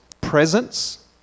presence